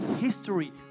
history